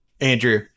Andrew